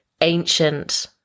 ancient